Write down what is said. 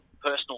personal